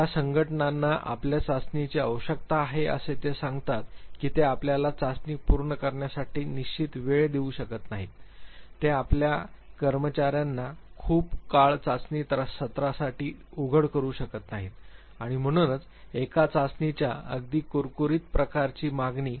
ज्या संघटनांना आपल्या चाचणीची आवश्यकता आहे असे ते सांगतात की ते आपल्याला चाचणी पूर्ण करण्यासाठी निश्चित वेळ देऊ शकत नाहीत ते आपल्या कर्मचार्यांना खूपच काळ चाचणी सत्रासाठी उघड करू शकत नाहीत आणि म्हणूनच एका चाचणीच्या अगदी कुरकुरीत प्रकारची मागणी